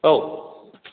औ